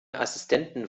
assistenten